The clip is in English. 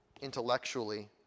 intellectually